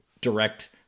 direct